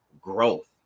growth